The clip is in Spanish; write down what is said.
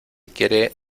quiere